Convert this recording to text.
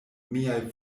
miaj